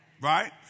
right